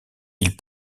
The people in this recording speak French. ils